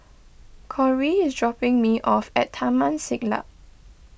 Cory is dropping me off at Taman Siglap